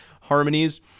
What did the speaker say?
harmonies